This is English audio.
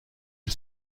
you